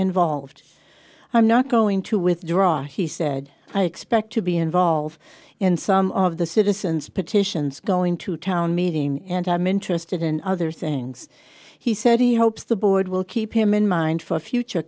involved i'm not going to withdraw he said i expect to be involved in some of the citizen's petitions going to town meeting and i'm interested in other things he said he hopes the board will keep him in mind for future